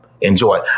enjoy